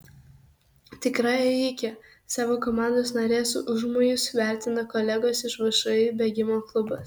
tikra ėjikė savo komandos narės užmojus vertina kolegos iš všį bėgimo klubas